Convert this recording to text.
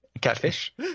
Catfish